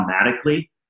automatically